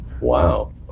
Wow